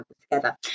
together